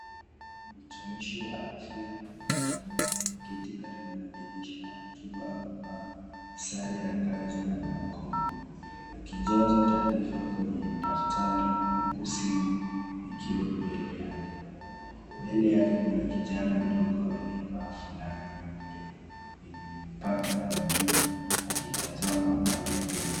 Mtumishi wa afya ya jamii ameketi karibu na dirisha akiwa amevaa sare ya kazi na barakoa . Akijaza taarifa kwenye daftari huku simu ikiwa mbele yake. Mbele yake kuna kijana mdogo aliyevaa fulana nyeupe yenye mipaka ya blue akitazama upande mwengine.